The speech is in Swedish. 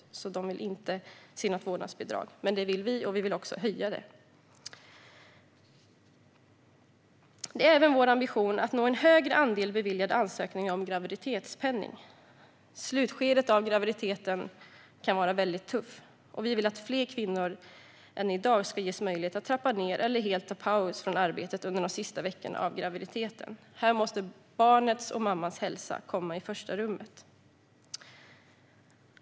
Socialdemokraterna vill inte se något vårdnadsbidrag, men det vill vi och vi vill också höja det. Det är även vår ambition att nå en högre andel beviljade ansökningar om graviditetspenning. Slutskedet av graviditeten kan vara väldigt tufft, och vi vill att fler kvinnor än i dag ges möjligheten att trappa ned eller helt ta en paus från arbetet under de sista veckorna av graviditeten. Här måste barnets och mammans hälsa komma i första rummet.